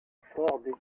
fort